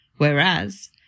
whereas